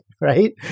right